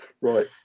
Right